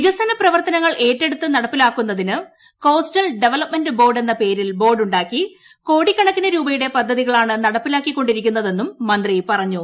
വികസന പ്രവർത്തനങ്ങൾ ഏറ്റെടുത്തു നടപ്പിലാക്കുന്നതിന് കോസ്റ്റൽ ഡെവലപ്മെന്റ് ബോർഡ് എന്ന പേരിൽ ബോർഡുണ്ടാക്കി കോടിക്കണക്കിന് രൂപയുടെ പദ്ധതികളാണ് നടപ്പിലാക്കി കൊണ്ടിരിക്കുന്നതെന്ന് മന്ത്രി പറഞ്ഞു